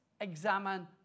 examine